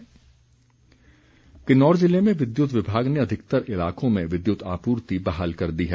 बिजली किन्नौर ज़िले में विद्युत विभाग ने अधिकतर इलाकों में विद्युत आपूर्ति बहाल कर दी है